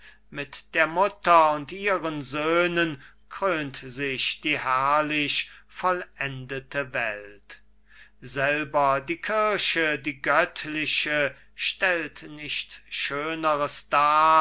mit der mutter und ihren söhnen krönt sich die herrlich vollendete welt selber die kirche die göttliche stellt nicht schöneres dar